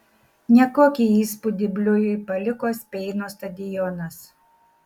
nekokį įspūdį bliujui paliko speino stadionas